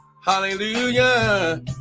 Hallelujah